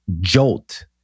jolt